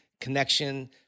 connection